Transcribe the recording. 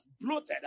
bloated